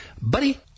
buddy